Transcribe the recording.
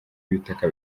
ibitaka